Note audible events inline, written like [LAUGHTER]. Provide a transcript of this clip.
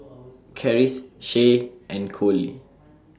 [NOISE] Charisse Shay and Kole